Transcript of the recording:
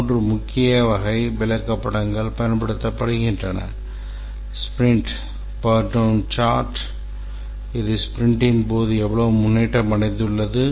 மூன்று முக்கிய வகை விளக்கப்படங்கள் பயன்படுத்தப்படுகின்றன ஸ்பிரிண்ட் burndown chart இது ஸ்பிரிண்டின் போது எவ்வளவு முன்னேற்றம் அடைந்துள்ளது